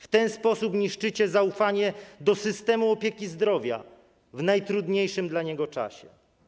W ten sposób niszczycie zaufanie do systemu opieki zdrowia w najtrudniejszym dla niego czasie.